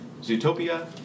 Zootopia